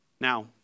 Now